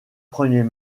premiers